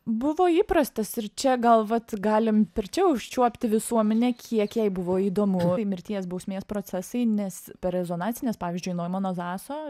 buvo įprastas ir čia gal vat galim per čia užčiuopti visuomenę kiek jai buvo įdomu mirties bausmės procesai nes per rezonansines pavyzdžiui noimano zaso